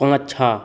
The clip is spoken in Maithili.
पाछाँ